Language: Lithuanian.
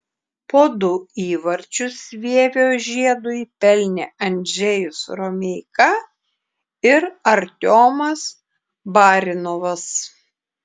po du įvarčius vievio žiedui pelnė andžejus romeika ir artiomas barinovas